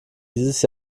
dieses